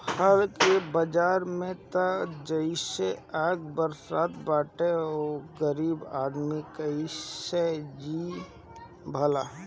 फल के बाजार में त जइसे आग बरसत बाटे गरीब आदमी कइसे जी भला